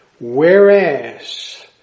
whereas